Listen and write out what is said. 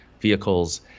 vehicles